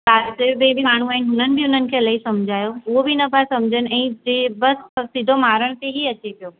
पासे में बि माण्हू आहिनि हुननि बि हुनखे इलाही समुझायो उहो बि न पिया समुझनि ऐं जे बसि सिधो मारणु ते ई अचे पियो